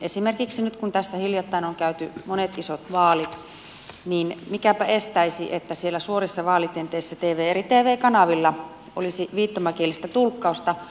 esimerkiksi nyt kun tässä hiljattain on käyty monet isot vaalit mikäpä estäisi että siellä suorissa vaalitenteissä eri tv kanavilla olisi viittomakielistä tulkkausta